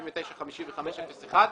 79-55-01,